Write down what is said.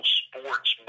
sports